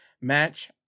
match